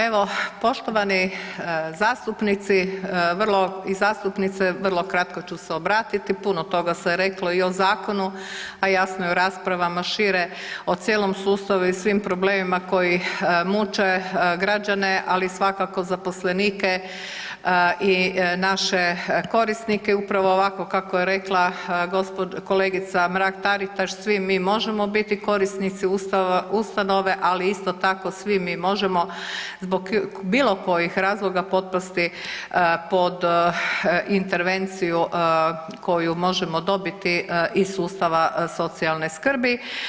Evo, poštovani zastupnici vrlo i zastupnice vrlo kratko ću se obratiti, puno toga se je reklo i o zakonu, a jasno i u raspravama o cijelom sustavu i svim problemima koji muče građane ali svakako zaposlenike i naše korisnike upravo ovako kako je rekla gospođa kolegica Mrak Taritaš svi mi možemo biti korisnici ustanove, ali isto tako svi mi možemo zbog bilo kojih razloga potpasti pod intervenciju koju možemo dobiti iz sustava socijalne skrbi.